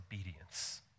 obedience